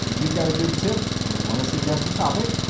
you've got a good tip or want to suggest a topic,